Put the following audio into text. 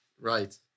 Right